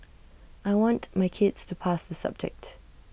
I want my kids to pass the subject